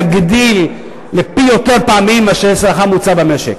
להגדיל לפי יותר פעמים מאשר השכר הממוצע במשק,